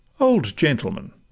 old gentleman,